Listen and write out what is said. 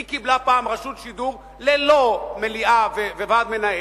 היא קיבלה פעם רשות שידור ללא מליאה וועד מנהל,